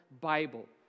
Bible